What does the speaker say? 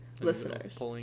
listeners